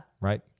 Right